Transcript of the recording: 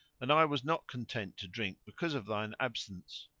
and i was not content to drink because of thine absence.